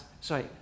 sorry